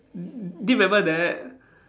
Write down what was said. do you remember that